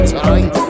time